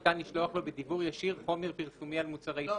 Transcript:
ניתן לשלוח לו בדיוור ישיר חומר פרסומי על מוצרי עישון?